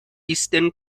eastern